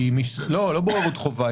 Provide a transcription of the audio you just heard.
לא בוררות חובה.